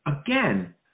Again